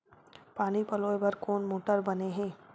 पानी पलोय बर कोन मोटर बने हे?